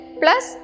plus